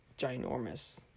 ginormous